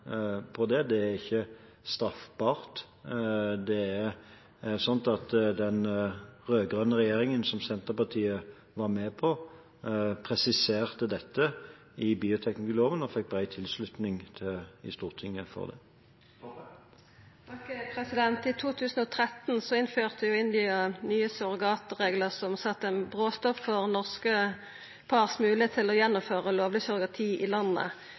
det. Det er ikke straffbart. Den rød-grønne regjeringen, som Senterpartiet var med i, presiserte dette i bioteknologiloven og fikk bred tilslutning til det i Stortinget. I 2013 innførte India nye surrogatireglar som sette ein bråstopp for moglegheitene for norske par til å gjennomføra lovleg surrogati i landet.